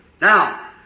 Now